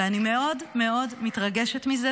ואני מאוד מאוד מתרגשת מזה.